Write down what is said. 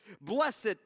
Blessed